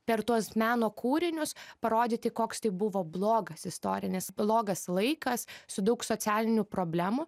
per tuos meno kūrinius parodyti koks tai buvo blogas istorinis blogas laikas su daug socialinių problemų